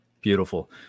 Beautiful